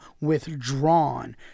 withdrawn